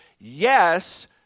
yes